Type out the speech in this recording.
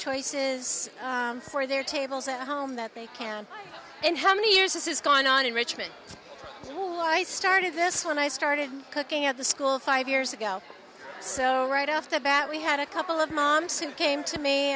choices for their tables at home that they can and how many years this is gone on enrichment will i started this when i started cooking at the school five years ago so right off the bat we had a couple of moms who came to me